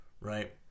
Right